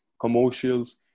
commercials